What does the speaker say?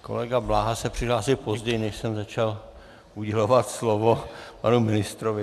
Kolega Bláha se přihlásil později, než jsem začal udělovat slovo panu ministrovi.